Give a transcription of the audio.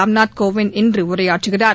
ராம்நாத் கோவிந்த இன்று உரையாற்றுகிறார்